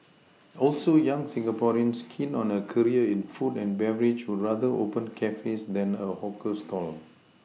also young Singaporeans keen on a career in food and beverage would rather open cafes than a hawker stall